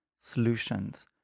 solutions